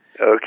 Okay